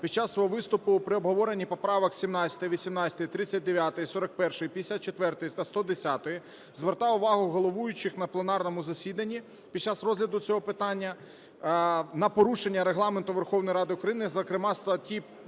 під час свого виступу при обговоренні поправок 17, 18, 39, 41, 54 та 110 звертав увагу головуючих на пленарному засіданні, під час розгляду цього питання, на порушення Регламенту Верховної Ради України, зокрема